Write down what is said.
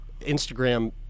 Instagram